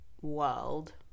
world